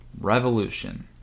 revolution